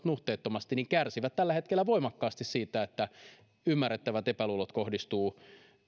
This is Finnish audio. nuhteettomasti kärsii tällä hetkellä voimakkaasti siitä että ymmärrettävät epäluulot kohdistuvat